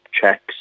checks